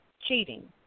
cheating